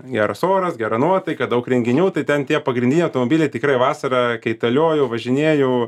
geras oras gera nuotaika daug renginių tai ten tie pagrindiniai automobiliai tikrai vasarą kaitalioju važinėju